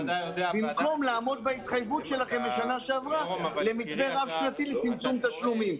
במקום לעמוד בהתחייבות שלכם מהשנה שעברה למתווה רב שנתי לצמצום תשלומים.